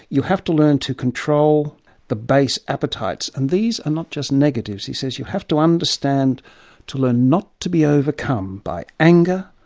you have to learn to control the base appetites. and these are not just negatives. he says, you have to understand to learn not to be overcome by anger,